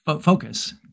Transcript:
focus